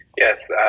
Yes